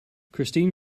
christine